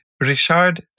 Richard